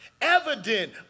evident